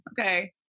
Okay